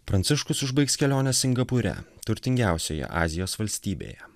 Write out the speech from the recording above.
pranciškus užbaigs kelionę singapūre turtingiausioje azijos valstybėje